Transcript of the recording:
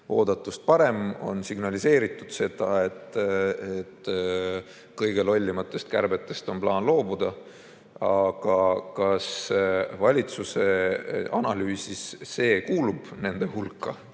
oodatust parem, ja on signaliseeritud seda, et kõige lollimatest kärbetest on plaan loobuda. Aga kas valitsuse analüüsis see kuulub nende kõige